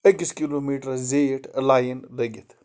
أکِس کِلوٗمیٖٹرَس زیٖٹھ لایِن لٔگِتھ